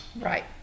Right